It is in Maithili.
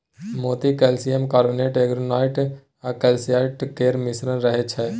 मोती कैल्सियम कार्बोनेट, एरागोनाइट आ कैलसाइट केर मिश्रण रहय छै